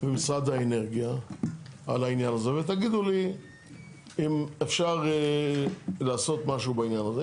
ומשרד האנרגיה על העניין הזה ותגידו לי אם אפשר לעשות משהו בעניין הזה.